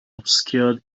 obscured